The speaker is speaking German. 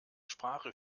sprache